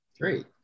Great